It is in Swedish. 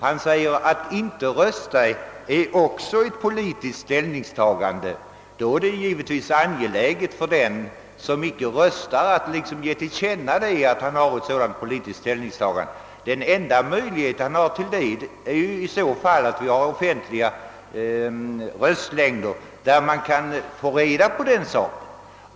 Han sade: »Att inte rösta är också ett politiskt ställningstagande.» Då är det givetvis angeläget för den som icke röstar att ge till känna att han därmed gjort ett sådant ställningstagande. Den enda möjligheten därtill ligger ju i att vi har offentliga röstlängder, som kan ge upplysning om den saken.